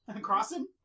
Crossing